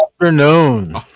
afternoon